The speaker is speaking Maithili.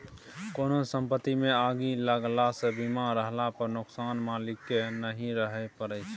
कोनो संपत्तिमे आगि लगलासँ बीमा रहला पर नोकसान मालिककेँ नहि सहय परय छै